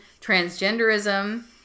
transgenderism